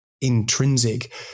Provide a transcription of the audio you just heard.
intrinsic